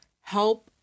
help